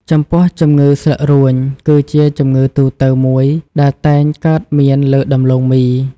ចំពោះជំងឺស្លឹករួញ គឺជាជំងឺទូទៅមួយដែលតែងកើតមានលើដំឡូងមី។